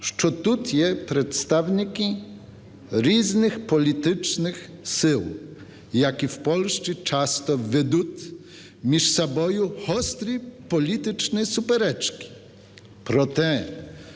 що тут є представники різних політичних сил, які в Польщі часто ведуть між собою гострі політичні суперечки, проте